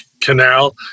canal